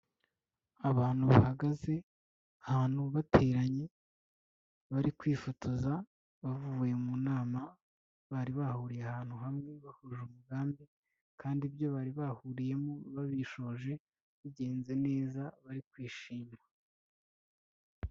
Abantu bahagaze ahantu bateranye bari kwifotoza, bavuye mu nama bari bahuriye ahantu hamwe bahuje umugambi kandi ibyo bari bahuriyemo babishoje bigenze neza bari kwishima.